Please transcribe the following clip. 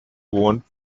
wohnt